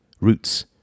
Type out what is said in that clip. roots